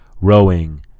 Rowing